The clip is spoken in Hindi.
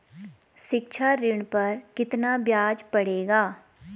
शिक्षा ऋण पर कितना ब्याज पड़ेगा?